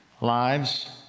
lives